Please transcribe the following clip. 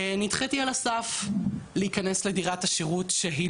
נדחיתי על הסף להיכנס לדירת השירות שהיא